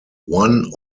one